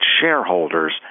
shareholders